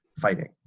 fighting